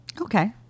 Okay